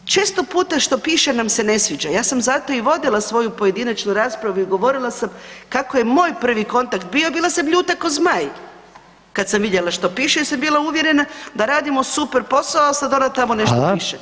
Često puta što piše nam se ne sviđa, ja sam zato i vodila svoju pojedinačnu raspravu i govorila sam kako je moj prvi kontakt bio, bila sam ljuta ko zmaj kad sam vidjela što piše jer sam bila uvjerena da radimo super posao, a sad onda tamo nešto piše.